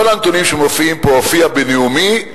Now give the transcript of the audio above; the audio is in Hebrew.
כל הנתונים שמופיעים פה מופיעים בנאומי,